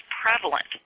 prevalent